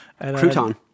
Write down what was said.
Crouton